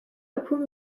upon